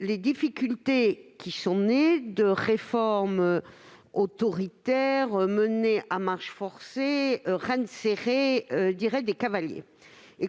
les difficultés qui sont nées de réformes autoritaires, menées à marche forcée- à rênes serrées, diraient des cavaliers.